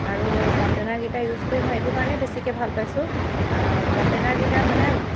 আৰু কণ্টেনাৰকেইটা ইউজ কৰি মই এইটো কাৰণেই বেছিকৈ ভাল পাইছোঁ কণ্টেনাৰকেইটা মানে